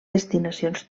destinacions